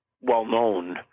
well-known